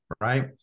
Right